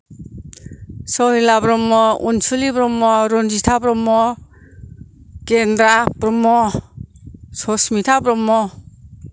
Sahila Brahma Ansuli Brahma Ranjita Brahma Gendra Brahma Sasmitha Brahma